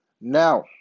Now